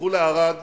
תלכו לערד,